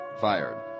Fired